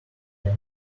here